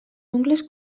ungles